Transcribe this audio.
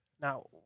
Now